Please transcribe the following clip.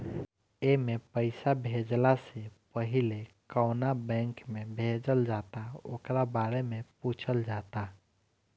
एमे पईसा भेजला से पहिले कवना बैंक में भेजल जाता ओकरा बारे में पूछल जाता